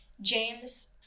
james